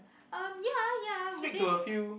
um ya ya within